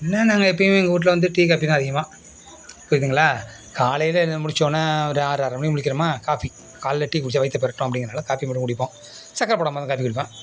இன்னும் நாங்கள் எப்போயுமே எங்கள் வீட்ல வந்து டீ காபி தான் அதிகமாக புரியுதுங்களா காலையில் எழுந்து முழிச்சவொடனே ஒரு ஆறு ஆற்ரை மணிக்கு முழிக்கிறோமா காஃபி காலைல டீ குடித்தா வயிற்றை பிரட்டும் அப்படிங்கிறதுனால காஃபி மட்டும் குடிப்போம் சக்கரை போடாமல்தான் காஃபி குடிப்போம்